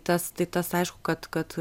tas tai tas aišku kad kad